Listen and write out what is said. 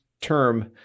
term